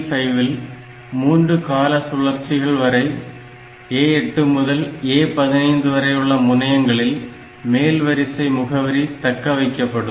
8085 இல் 3 கால சுழற்சிகள் வரை A8 முதல் A15 வரையுள்ள முனையங்களில் மேல் வரிசை முகவரி தக்கவைக்கப்படும்